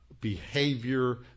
behavior